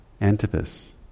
Antipas